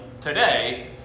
today